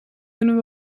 kunnen